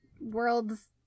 worlds